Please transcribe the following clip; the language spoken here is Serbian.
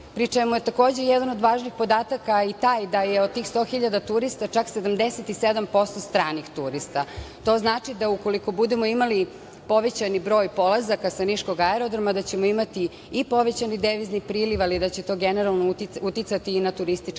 pri čemu je takođe jedan od važnih podataka i taj da je od tih sto hiljada turista čak 77% stranih turista. To znači ukoliko budemo imali povećani broj polazaka sa niškog aerodroma da ćemo imati i povećani devizni priliv, ali da će to generalno uticati i na turistički potencijal